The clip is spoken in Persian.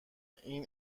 این